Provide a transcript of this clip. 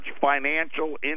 financial